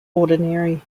ordinary